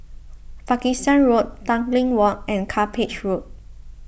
Pakistan Road Tanglin Walk and Cuppage Road